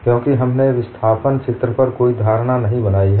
क्योंकि हमने विस्थापन चित्र पर कोई धारणा नहीं बनाई है